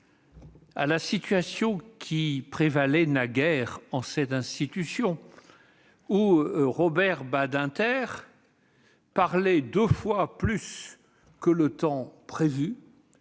de ce qui prévalait naguère dans cette institution, lorsque Robert Badinter parlait deux fois plus que le temps prévu,